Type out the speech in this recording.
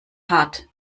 hart